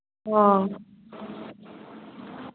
ꯑꯣ